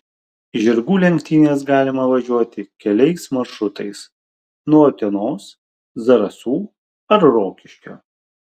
į žirgų lenktynes galima važiuoti keliais maršrutais nuo utenos zarasų ar rokiškio